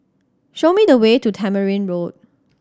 show me the way to Tamarind Road